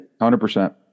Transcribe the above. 100%